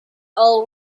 all